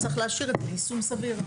צריך להשאיר את זה ליישום סביר.